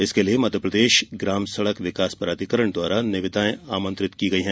इसके लिए म प्र ग्राम सड़क विकास प्राधिकरण द्वारा निविदा आमंत्रित की गई है